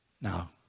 Now